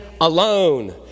alone